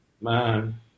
man